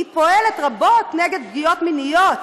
היא פועלת רבות נגד פגיעות מיניות.